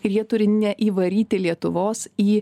ir jie turi neįvaryti lietuvos į